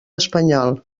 espanyol